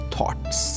Thoughts